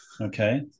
okay